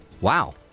Wow